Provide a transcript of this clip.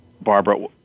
Barbara